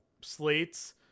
slates